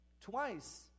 Twice